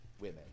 women